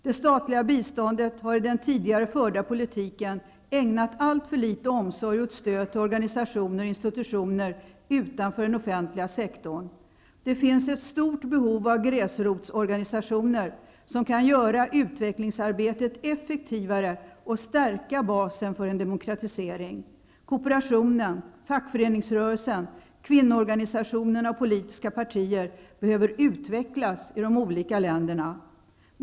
Det statliga biståndet har i den tidigare förda politiken ägnat alltför litet omsorg åt stöd till organisationer och institutioner utanför den offentliga sektorn. Det finns ett stort behov av gräsrotsorganisationer som kan göra utvecklingsarbetet effektivare och stärka basen för en demokratisering. Kooperationen, fackföreningsrörelsen, kvinnoorganisationerna och politiska partier behöver utvecklas i de olika länderna.